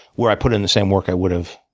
where i put in the same work i would've